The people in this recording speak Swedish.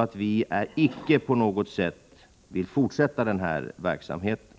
att man inte vill fortsätta med denna verksamhet.